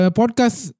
podcast